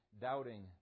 doubting